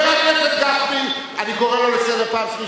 חבר הכנסת גפני, אני איאלץ להוציא אותך.